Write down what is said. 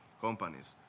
companies